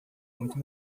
muito